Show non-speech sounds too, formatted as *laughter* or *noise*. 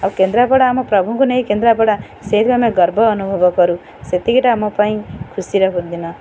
ଆଉ କେନ୍ଦ୍ରାପଡ଼ା ଆମ ପ୍ରଭୁଙ୍କୁ ନେଇ କେନ୍ଦ୍ରାପଡ଼ା ସେଇଥିପାଇଁ ଆମେ ଗର୍ବ ଅନୁଭବ କରୁ ସେତିକିଟା ଆମ ପାଇଁ ଖୁସି *unintelligible* ଦିନ